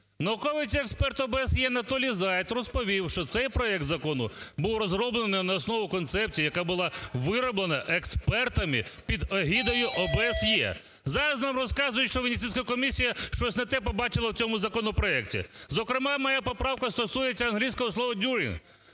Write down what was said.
Науковець і експерт ОБСЄ Анатолій Заєць розповів, що цей проект Закону був розроблений на основі концепції, яка була вироблена експертами під егідою ОБСЄ. Зараз нам розказують, що Венеційська комісія щось не те побачила в цьому законопроекті. Зокрема, моя поправка стосується англійського слова during